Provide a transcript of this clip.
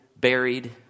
buried